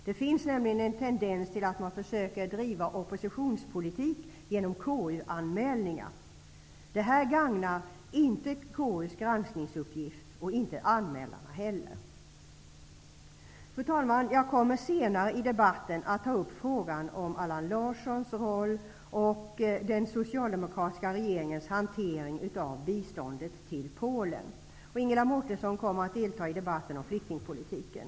Det finns nämligen en tendens till att man försöker driva oppositionspolitik genom KU-anmälningarna. Det gagnar inte KU:s granskningsuppgift, och inte anmälarna heller. Fru talman! Jag kommer senare i debatten att ta upp frågan om Allan Larssons roll i och den socialdemokratiska regeringens hantering av biståndet till Polen. Ingela Mårtensson kommer att delta i debatten om flyktingpolitiken.